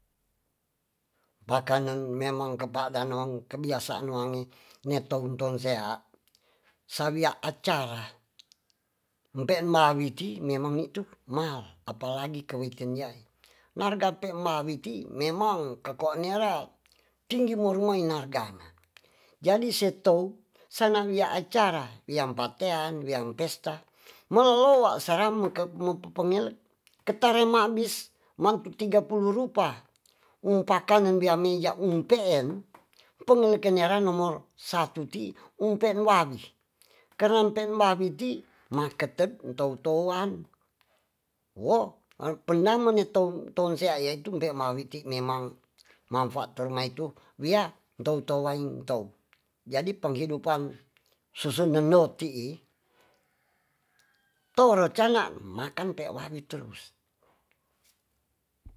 Pakanen memang kepadan nong kebiasaan wange nia toun tonsea sa wia acara mpembawi ti memang nitu mal apalagi kewiten yai narga pe mbawi ti memang ke koa nera tinggi mo rumai naga na jadi se tou sa na wia acara wiam patean wiang pesta ma lelo wa sarang me pepengelek ketare ma bis ma tiga pulu rupa um pakanen bia mi ya um peen pengelek kenya ra no mo satu ti umpen wabi keran pen wabi ti ma ketet en tou tou an wo an penda mene to tonsea iyai tum pemawi ti memang manfaat terma itu wia in tou tou waing tou jadi penghidupan susu nendo tii toro ca nga makan pe wadi turus